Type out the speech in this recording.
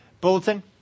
bulletin